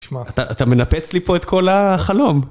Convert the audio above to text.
אתה מנפץ לי פה את כל ה...חלום.